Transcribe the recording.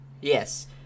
Yes